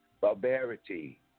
Barbarity